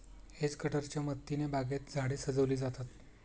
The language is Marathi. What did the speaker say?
हेज कटरच्या मदतीने बागेत झाडे सजविली जातात